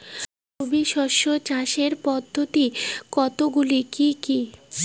রবি শস্য চাষের পদ্ধতি কতগুলি কি কি?